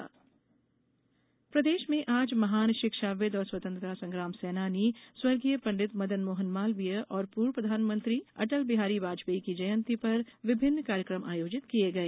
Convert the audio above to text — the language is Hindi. अटल जयंती प्रदेश में आज महान शिक्षाविद और स्वतंत्रता संग्राम सेनानी स्व पंडित मदन मोहन मालवीय और पूर्व प्रधानमंत्री अटल बिहारी वाजपेयी की जयंती पर विभिन्न कार्यक्रम आयोजित किए गए